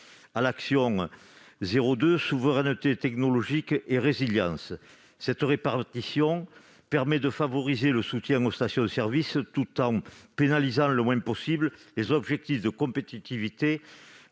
à l'action n° 02, Souveraineté technologique et résilience. Cette répartition permet de favoriser le soutien aux stations-service, tout en pénalisant le moins possible les objectifs de compétitivité